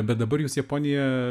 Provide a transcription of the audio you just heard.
bet dabar jūs japonija